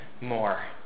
more